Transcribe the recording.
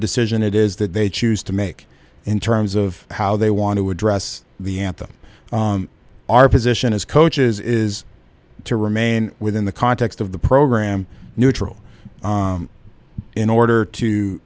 decision it is that they choose to make in terms of how they want to address the anthem our position as coaches is to remain within the context of the program neutral in order to